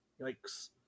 Yikes